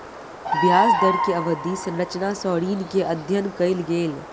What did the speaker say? ब्याज दर के अवधि संरचना सॅ ऋण के अध्ययन कयल गेल